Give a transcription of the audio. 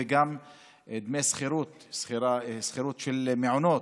וגם את דמי השכירות של המעונות,